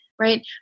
Right